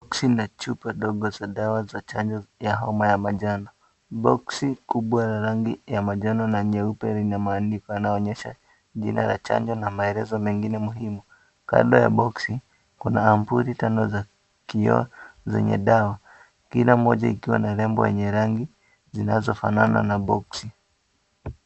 Boksi na chupa dogo za dawa za chanjo ya homa ya manjano. Boksi kubwa la rangi ya manjano na nyeupe linamaandiko yanayoonyesha jina la chanjo na maelezo mengine muhimu. Kando ya boksi, kuna sampuli tano za kioo zenye dawa, kila mmoja ikiwa na nembo yenye rangi zinazofanana na boksi.